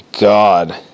god